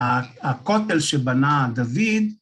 ‫הכותל שבנה דוד.